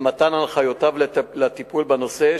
למתן הנחיותיו לטיפול בנושא,